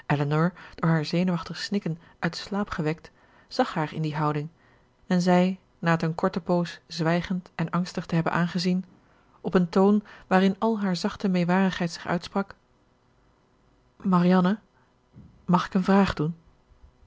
door haar zenuwachtig snikken uit den slaap gewekt zag haar in die houding en zei na het een korte poos zwijgend en angstig te hebben aangezien op een toon waarin al haar zachte meewarigheid zich uitsprak marianne mag ik een vraag doen